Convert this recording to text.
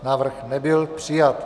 Návrh nebyl přijat.